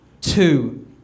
two